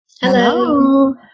Hello